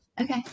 okay